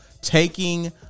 taking